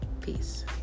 Peace